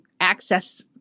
access